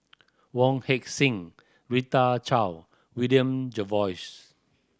Wong Heck Sing Rita Chao William Jervois